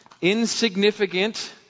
insignificant